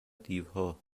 دیوها